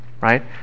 right